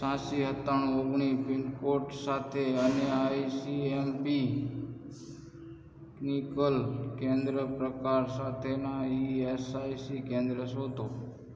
છયાંસી સત્તાણું ઓગણીસ પિનકોડ સાથે અને I C M P clinical કેન્દ્ર પ્રકાર સાથેનાં ઇ એસ આઇ સી કેન્દ્રો શોધો